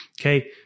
Okay